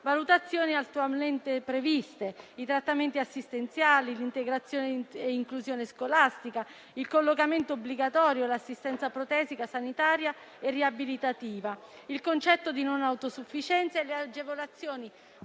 valutazioni attualmente previste, sui trattamenti assistenziali, l'integrazione e inclusione scolastica, il collocamento obbligatorio, l'assistenza protesica sanitaria e riabilitativa, il concetto di non autosufficienza e le agevolazioni